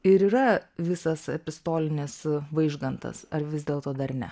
ir yra visas epistolinis vaižgantas ar vis dėlto dar ne